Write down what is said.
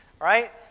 right